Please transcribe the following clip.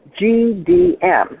GDM